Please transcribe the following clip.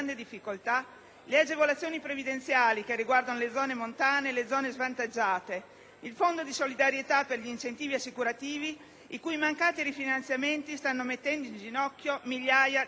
le agevolazioni previdenziali che riguardano le zone montane e le zone svantaggiate, il Fondo di solidarietà per gli incentivi assicurativi (i cui mancati rifinanziamenti stanno mettendo in ginocchio migliaia di imprenditori)